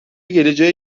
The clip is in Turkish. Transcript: geleceğe